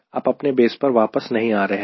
आप अपने बेस पर वापस नहीं आ रहे हैं